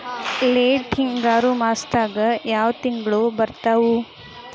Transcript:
Late ಹಿಂಗಾರು ಮಾಸದಾಗ ಯಾವ್ ತಿಂಗ್ಳು ಬರ್ತಾವು?